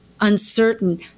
uncertain